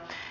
asia